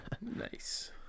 Nice